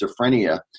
schizophrenia